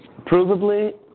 provably